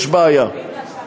יש בעיה.